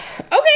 Okay